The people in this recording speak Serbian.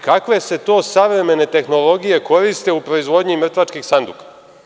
Kakve se to savremene tehnologije koriste u proizvodnji mrtvačkih sanduka?